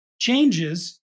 changes